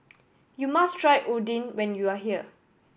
you must try Oden when you are here